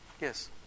Yes